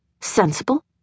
Sensible